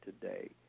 today